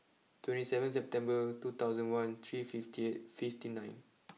twenty seven September two thousand one three fifty eight fifty nine